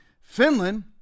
Finland